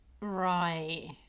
Right